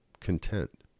content